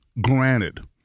Granted